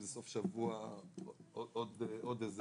ואם זה סוף שבוע עוד איזה יום.